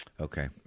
Okay